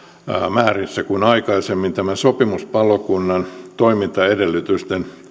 määrissä kuin aikaisemmin sopimuspalokunnan toimintaedellytysten